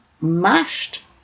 mashed